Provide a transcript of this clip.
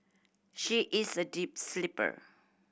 she is a deep sleeper